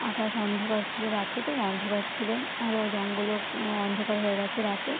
আকাশ অন্ধকার ছিল রাতে তো অন্ধকার ছিল আরও জঙ্গলও অন্ধকার হয়ে গেছে রাতে